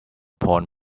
porn